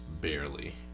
Barely